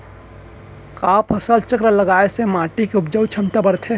का फसल चक्र लगाय से माटी के उपजाऊ क्षमता बढ़थे?